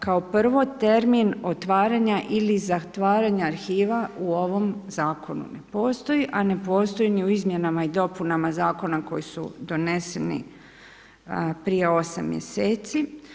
Kao prvo termin otvaranja ili zatvaranja arhiva u ovom zakonu ne postoji, a ne postoji ni u izmjenama i dopunama zakona koji su doneseni prije 8 mjeseci.